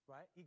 Right